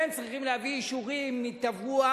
והם צריכים להביא אישורים מתברואה,